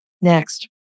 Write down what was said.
Next